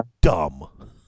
dumb